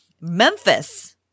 Memphis